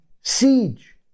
siege